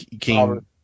King